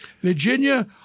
Virginia